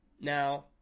Now